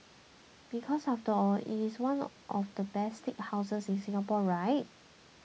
because after all it is one of the best steakhouses in Singapore right